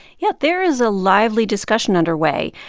yeah. there is a lively discussion underway.